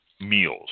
meals